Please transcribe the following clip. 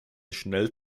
schnell